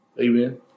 Amen